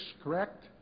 correct